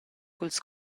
culs